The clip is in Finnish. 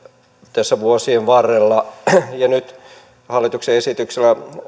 tässä vuosien varrella nyt hallituksen esityksen